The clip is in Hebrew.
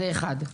זה אחד.